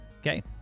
Okay